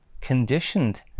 conditioned